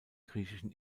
griechischen